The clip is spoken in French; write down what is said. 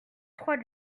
trois